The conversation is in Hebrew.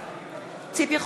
בעד ציפי חוטובלי,